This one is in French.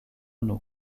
nous